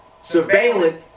surveillance